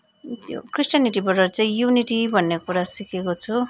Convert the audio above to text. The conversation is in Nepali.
अनि त्यो क्रिस्ट्यानिटीबाट चाहिँ युनिटी भन्ने कुरा सिकेको छु